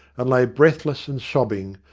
and lay breathless and sobbing,